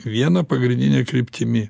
viena pagrindine kryptimi